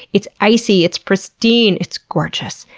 it's icy, it's pristine, it's gorgeous.